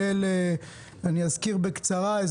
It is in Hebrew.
אזכיר בקצרה,